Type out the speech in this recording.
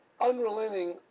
unrelenting